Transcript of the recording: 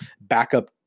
backup